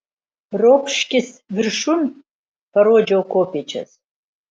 ropškis viršun parodžiau kopėčias